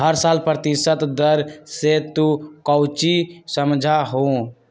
हर साल प्रतिशत दर से तू कौचि समझा हूँ